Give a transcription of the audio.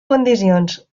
condicions